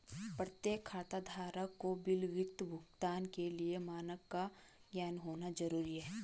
प्रत्येक खाताधारक को विलंबित भुगतान के लिए मानक का ज्ञान होना जरूरी है